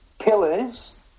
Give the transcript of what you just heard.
pillars